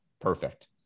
perfect